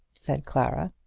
said clara.